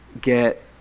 get